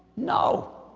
no.